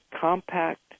Compact